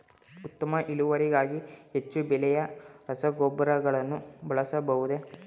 ಉತ್ತಮ ಇಳುವರಿಗಾಗಿ ಹೆಚ್ಚು ಬೆಲೆಯ ರಸಗೊಬ್ಬರಗಳನ್ನು ಬಳಸಬಹುದೇ?